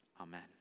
amen